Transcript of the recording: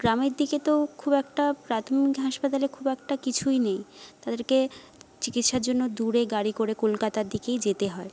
গ্রামের দিকে তো খুব একটা প্রাথমিক হাসপাতালে খুব একটা কিছুই নেই তাদেরকে চিকিৎসার জন্য দূরে গাড়ি করে কলকাতার দিকেই যেতে হয়